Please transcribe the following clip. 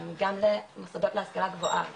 גם למוסדות להשכלה גבוהה.